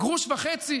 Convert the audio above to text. גרוש וחצי?